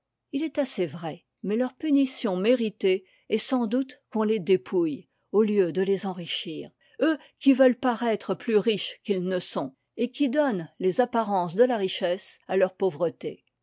il est assez vrai mais leur punition méritée est sans doute qu'on les dépouille au lieu de les enrichir eux qui veulent paraître plus riches qu'ils ne sont et qui donnent les apparences de la richesse à leur pauvreté